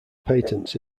patents